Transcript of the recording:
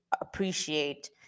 appreciate